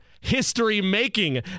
history-making